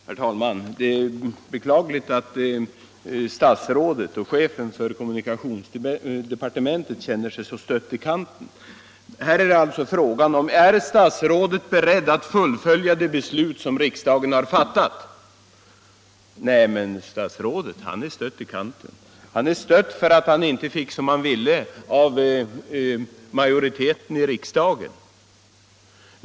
Herr talman! Det är beklagligt att statsrådet och chefen för kommunikationsdepartementet känner sig så stött i kanten. Frågan är här: Är statsrådet beredd att fullfölja det beslut som riksdagen har fattat? Men statsrådet är bara stött i kanten för att han inte fick som han ville av majoriteten i riksdagen.